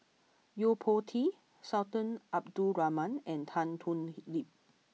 Yo Po Tee Sultan Abdul Rahman and Tan Thoon Lip